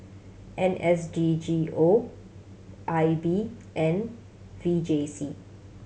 N S D G O I B and V J C